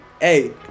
Hey